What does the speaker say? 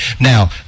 Now